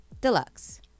Deluxe